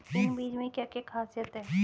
इन बीज में क्या क्या ख़ासियत है?